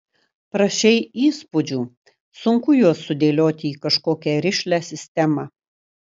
prašei įspūdžių sunku juos sudėlioti į kažkokią rišlią sistemą